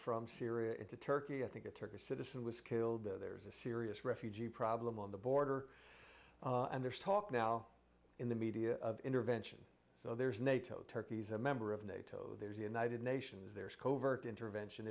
from syria into turkey i think a turkish citizen was killed there there's a serious refugee problem on the border and there's talk now in the media of intervention so there's nato turkey's a member of nato there's the united nations there's covert intervention